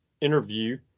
interview